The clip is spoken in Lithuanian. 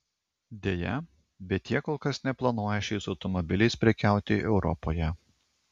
deja bet jie kol kas neplanuoja šiais automobiliais prekiauti europoje